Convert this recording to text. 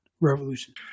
revolution